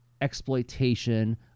exploitation